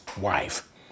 wife